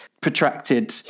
protracted